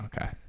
okay